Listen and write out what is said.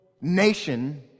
nation